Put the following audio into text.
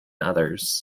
others